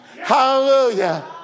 Hallelujah